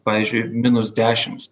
pavyzdžiui minus dešims